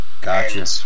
Gotcha